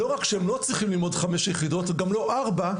לא רק שהם לא צריכים ללמוד חמש יחידות וגם לא ארבע,